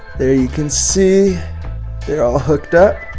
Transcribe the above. there you can see they're all hooked up